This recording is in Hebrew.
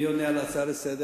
מי עונה על ההצעה לסדר-היום?